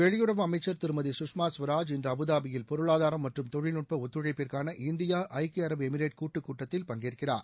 வெளியுறவு அமைச்சர் திருமதி குஷ்மா குவராஜ் இன்று அபுதாபியில் பொருளாதாரம் மற்றும் தொழில்நட்ப ஒத்துழைப்பிற்கான இந்தியா ஐக்கிய அரபு எமிரேட் கூட்டு கூட்டத்தில் பங்கேற்கிறார்